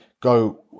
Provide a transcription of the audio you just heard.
go